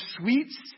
sweets